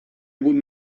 would